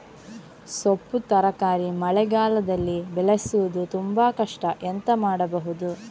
ಸೊಪ್ಪು ತರಕಾರಿ ಮಳೆಗಾಲದಲ್ಲಿ ಬೆಳೆಸುವುದು ತುಂಬಾ ಕಷ್ಟ ಎಂತ ಮಾಡಬಹುದು?